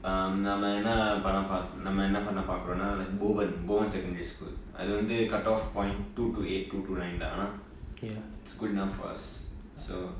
அந்த மாதிரினா பன்ன பாக்கனும் நம்ம என்ன பாக்கிரோம்னா:antha maathirinaa panna paakanum namma enna paakromnaa like bowen bowen secondary school அது வந்து:athu vanthu cut off point two two eight two two nine ஆனா:aanaa it's good enough for us so